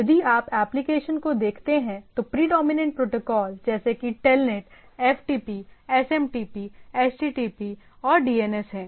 यदि आप एप्लीकेशन को देखते हैं तो प्रीडोमिनेंट प्रोटोकॉल जैसे कि टेलनेट एफटीपी एसएमटीपी एचटीटीपी और डीएनएस हैं